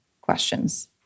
questions